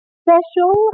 special